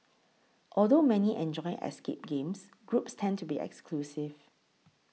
although many enjoy escape games groups tend to be exclusive